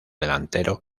delantero